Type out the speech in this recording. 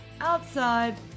outside